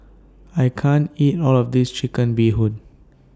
I can't eat All of This Chicken Bee Hoon